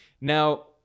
Now